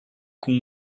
com